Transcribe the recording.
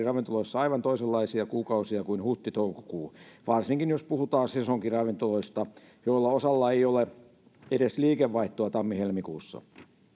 ravintoloissa keskimäärin aivan toisenlaisia kuukausia kuin huhti toukokuu varsinkin jos puhutaan sesonkiravintoloista joilla osalla ei ole edes liikevaihtoa tammi helmikuussa